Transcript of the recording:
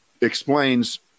explains